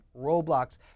Roblox